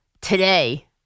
today